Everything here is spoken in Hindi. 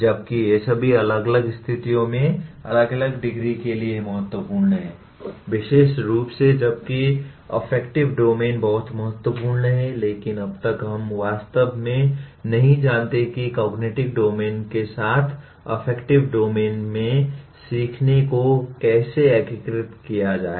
जबकि ये सभी अलग अलग स्थितियों में अलग अलग डिग्री के लिए महत्वपूर्ण हैं विशेष रूप से जबकि अफ्फेक्टिव डोमेन बहुत महत्वपूर्ण है लेकिन अब तक हम वास्तव में नहीं जानते कि कॉग्निटिव डोमेन के साथ अफ्फेक्टिव डोमेन में सीखने को कैसे एकीकृत किया जाए